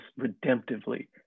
redemptively